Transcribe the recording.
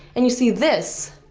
and you see this,